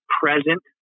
present